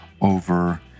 over